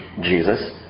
Jesus